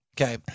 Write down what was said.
Okay